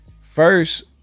first